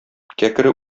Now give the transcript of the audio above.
кәкре